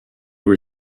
were